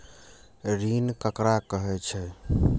ऋण ककरा कहे छै?